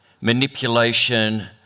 manipulation